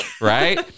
Right